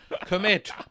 commit